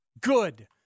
Good